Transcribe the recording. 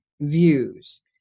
views